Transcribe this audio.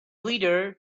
leader